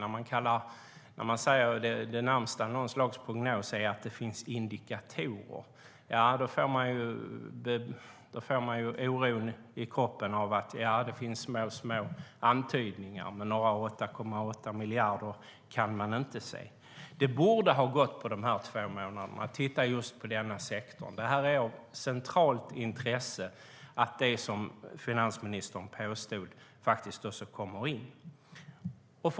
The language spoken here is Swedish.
När det närmaste en prognos man har är "indikatorer" känner jag oro. Det finns antydningar, men några 8,8 miljarder kan man inte se. På två månader borde det ha gått att titta på just denna sektor. Det är av centralt intresse att det som finansministern påstod också kommer in.